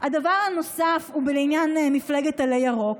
הדבר הנוסף הוא לעניין מפלגת עלה ירוק.